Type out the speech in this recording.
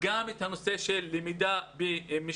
והעלו גם את הנושא של למידה במשמרות.